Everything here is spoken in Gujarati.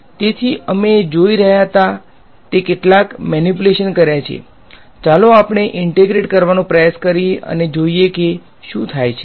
તેથી અમે જોઈ રહ્યા હતા તે કેટલાક મેનિપ્યુલેશન કર્યા છે ચાલો આપણે ઈંટેગ્રેટ કરવાનો પ્રયાસ કરીએ અને જોઈએ કે શું થાય છે